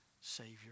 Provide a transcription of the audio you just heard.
Savior